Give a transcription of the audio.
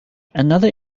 another